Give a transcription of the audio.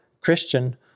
Christian